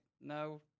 No